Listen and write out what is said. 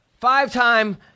five-time